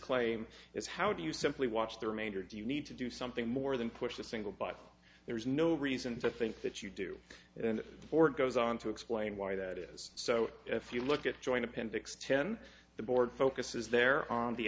claim is how do you simply watch the remainder do you need to do something more than push a single but there is no reason to think that you do and or it goes on to explain why that is so if you look at joint appendix ten the board focuses there on the